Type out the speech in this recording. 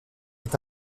est